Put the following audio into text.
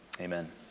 Amen